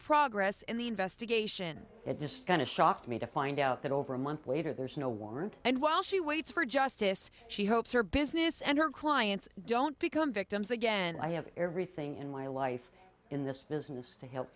progress in the investigation it just kind of shocked me to find out that over a month later there is no warrant and while she waits for justice she hopes her business and her clients don't become victims again i have everything in my life in this business to help